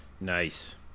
nice